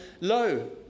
low